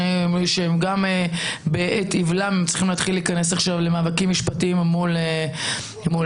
שגם בעת אבלם הם צריכים להתחיל להיכנס למאבקים משפטיים מול האבא,